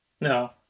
No